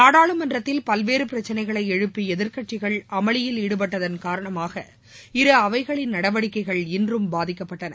நாடாளுமன்றத்தில் பல்வேறு பிரச்சினைகளை எழுப்பி எதிர்க்கட்சிகள் அமளியில் ஈடுபட்டதன் காரணமாக இரு அவைகளின் நடவடிக்கைகள் இன்றும் பாதிக்கப்பட்டன